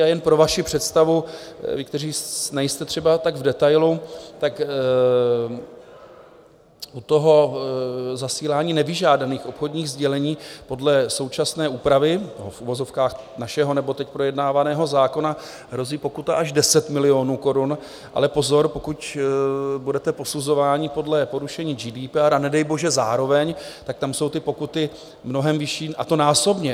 A jen pro vaši představu, vy, kteří nejste třeba tak v detailu, tak u zasílání nevyžádaných obchodních sdělení podle současné úpravy, nebo v uvozovkách našeho nebo teď projednávaného zákona, hrozí pokuta až 10 milionů korun, ale pozor, pokud budete posuzováni podle porušení GDPR a nedej bože zároveň, tak tam jsou ty pokuty mnohem vyšší, a to násobně.